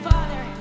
Father